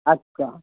अच्छा